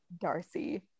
Darcy